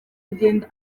agenda